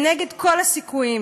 וכנגד כל הסיכויים,